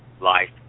Life